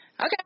okay